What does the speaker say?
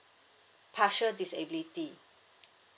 partial disability